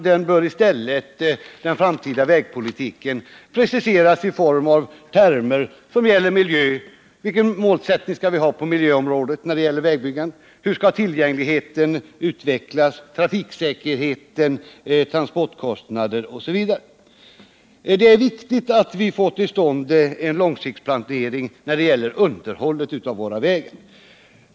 Den framtida vägpolitiken bör i stället preciseras i termer som gäller t.ex. miljön. Vilken målsättning skall vi ha på miljöområdet när det gäller vägbyggandet? Hur skall tillgängligheten, trafiksäkerheten, transportkostnaderna osv. utvecklas? Det är viktigt att vi får till stånd en långtidsplanering när det gäller underhållet av våra vägar.